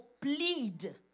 plead